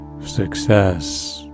success